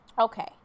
Okay